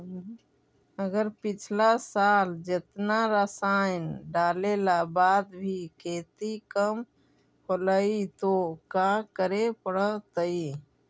अगर पिछला साल जेतना रासायन डालेला बाद भी खेती कम होलइ तो का करे पड़तई?